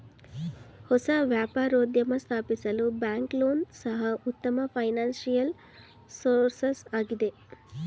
ಹೊಸ ವ್ಯಾಪಾರೋದ್ಯಮ ಸ್ಥಾಪಿಸಲು ಬ್ಯಾಂಕ್ ಲೋನ್ ಸಹ ಉತ್ತಮ ಫೈನಾನ್ಸಿಯಲ್ ಸೋರ್ಸಸ್ ಆಗಿದೆ